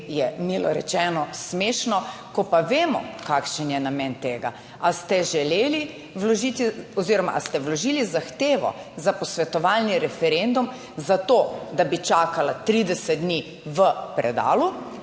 je, milo rečeno, smešno, ko pa vemo kakšen je namen tega, ali ste želeli vložiti oziroma ali ste vložili zahtevo za posvetovalni referendum za to, da bi čakala 30 dni v predalu,